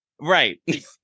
Right